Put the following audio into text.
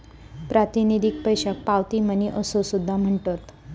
प्रातिनिधिक पैशाक पावती मनी असो सुद्धा म्हणतत